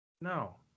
No